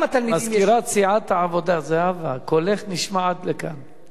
מזכירת סיעת העבודה, זהבה, קולך נשמע עד לכאן.